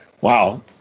Wow